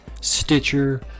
Stitcher